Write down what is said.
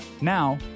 Now